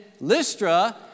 Lystra